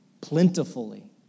Plentifully